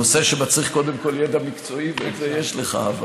נושא שמצריך קודם כול ידע מקצועי, ואת זה יש לך.